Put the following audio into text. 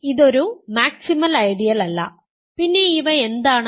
അതിനാൽ ഇത് ഒരു മാക്സിമൽ ഐഡിയലല്ല പിന്നെ ഇവ എന്താണ്